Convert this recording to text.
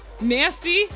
nasty